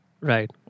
Right